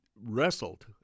wrestled